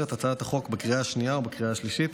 את הצעת החוק בקריאה השנייה ובקריאה השלישית.